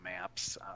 maps